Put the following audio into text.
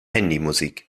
handymusik